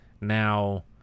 Now